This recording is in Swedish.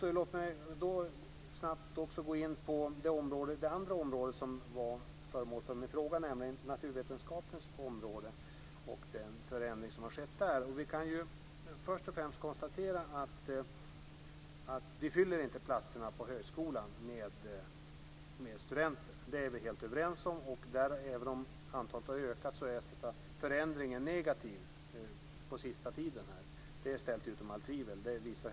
Jag ska helt snabbt gå in på det andra området som var föremål för min fråga, nämligen naturvetenskapens område och den förändring som där skett. Först och främst kan vi konstatera att vi inte fyller platserna på högskolan med studenter. Det är vi helt överens om. Även om antalet har ökat har förändringen varit negativ under den senaste tiden. Detta är ställt utom allt tvivel.